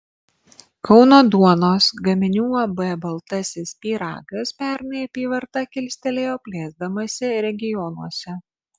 kauno duonos gaminių uab baltasis pyragas pernai apyvartą kilstelėjo plėsdamasi regionuose